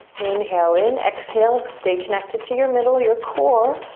inhale in, exhale, stay connected to your middle, your core,